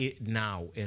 now